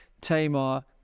Tamar